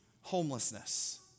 homelessness